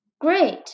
Great